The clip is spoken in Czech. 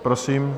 Prosím.